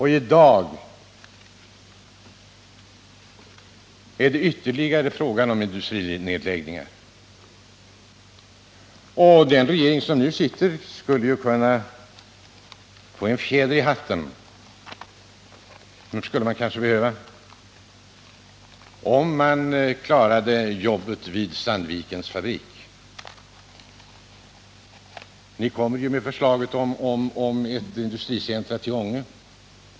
I dag är det fråga om ytterligare industrinedläggningar. Den regering som nu sitter skulle kunna få en fjäder i hatten — vilket man kanske skulle behöva — om man klarade jobben vid Sandvikens fabrik. Ni lade ju fram förslaget om ett industricentrum till Ånge.